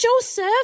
Joseph